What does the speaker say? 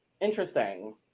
Interesting